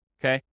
okay